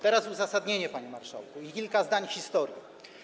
Teraz uzasadnienie, panie marszałku, i kilka zdań historii.